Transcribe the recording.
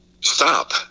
stop